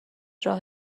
راه